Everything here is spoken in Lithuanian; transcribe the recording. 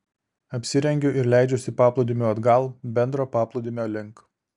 apsirengiu ir leidžiuosi paplūdimiu atgal bendro paplūdimio link